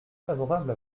favorable